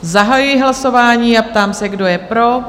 Zahajuji hlasování a ptám se, kdo je pro?